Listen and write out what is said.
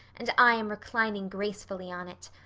and i am reclining gracefully on it.